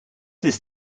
this